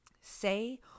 say